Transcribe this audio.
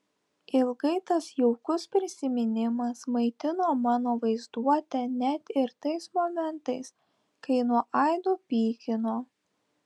ilgai tas jaukus prisiminimas maitino mano vaizduotę net ir tais momentais kai nuo aido pykino